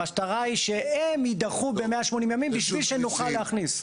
המטרה היא שהם יידחו ב-180 ימים בשביל שנוכל להכניס.